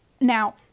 Now